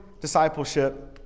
discipleship